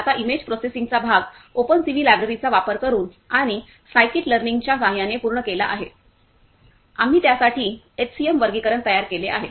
आता इमेज प्रोसेसिंगचा भाग ओपनसीव्ही लायब्ररीचा वापर करून आणि साइकिट लर्निंगच्या सहाय्याने पूर्ण केला आहे आम्ही त्यासाठी एचसीएम वर्गीकरण तयार केले आहे